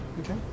Okay